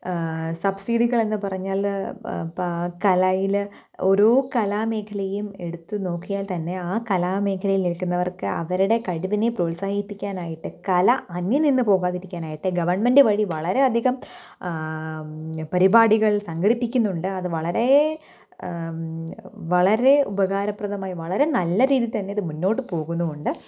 സബ്സീഡികളെന്ന് പറഞ്ഞാല് പ കലയില് ഓരോ കലാമേഖലയും എടുത്ത് നോക്കിയാൽ തന്നെ ആ കലാമേഖലയിൽ നിൽക്കുന്നവർക്ക് അവരുടെ കഴിവിനെ പ്രോത്സാഹിപ്പിക്കാനായിട്ട് കല അന്യം നിന്ന് പോകാതിരിക്കാനായിട്ട് ഗവണ്മെൻറ്റ് വഴി വളരെയധികം പരിപാടികൾ സംഘടിപ്പിക്കുന്നുണ്ട് അത് വളരേ വളരെ ഉപകാരപ്രദമായി വളരെ നല്ല രീതി തന്നെ അത് മുന്നോട്ട് പോകുന്നുമുണ്ട്